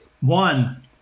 One